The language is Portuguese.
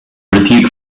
artigo